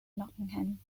nottingham